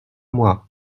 mois